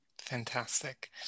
Fantastic